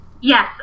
Yes